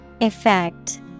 Effect